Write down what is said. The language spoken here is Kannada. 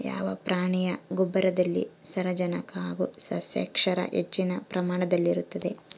ಯಾವ ಪ್ರಾಣಿಯ ಗೊಬ್ಬರದಲ್ಲಿ ಸಾರಜನಕ ಹಾಗೂ ಸಸ್ಯಕ್ಷಾರ ಹೆಚ್ಚಿನ ಪ್ರಮಾಣದಲ್ಲಿರುತ್ತದೆ?